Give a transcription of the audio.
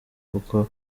kuko